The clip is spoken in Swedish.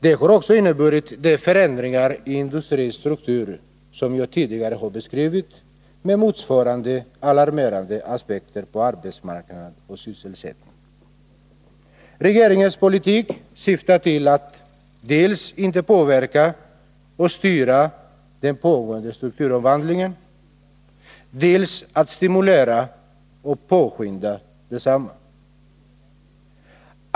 Den har också inneburit de förändringar i industrins struktur som jag tidigare har beskrivit med motsvarande alarmerande effekter på arbetsmarknaden och sysselsättningen. Regeringens politik syftar till dels att inte påverka och styra den pågående strukturomvandlingen, dels att stimulera och påskynda densamma.